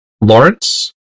Lawrence